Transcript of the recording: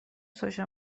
سوشا